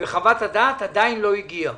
וחוות הדעת עדיין לא הגיעה.